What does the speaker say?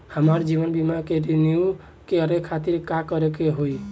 हमार जीवन बीमा के रिन्यू करे खातिर का करे के होई?